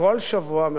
מראש הממשלה,